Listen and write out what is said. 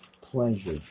pleasure